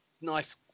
nice